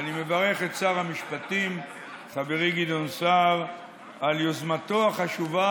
ואני מברך את שר המשפטים חברי גדעון סער על יוזמתו החשובה,